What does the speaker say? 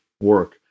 work